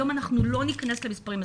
היום לא ניכנס למספרים הספציפיים,